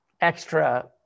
extra